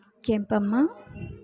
Kempamma